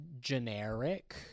generic